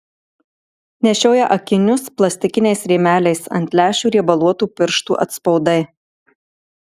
nešioja akinius plastikiniais rėmeliais ant lęšių riebaluotų pirštų atspaudai